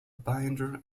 binder